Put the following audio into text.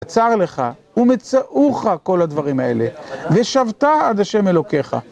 עצר לך ומצאוך כל הדברים האלה ושבתה עד השם אלוקיך